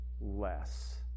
less